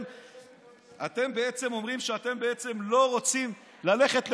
אתם בעצם אומרים שאתם לא רוצים ללכת לבחירות.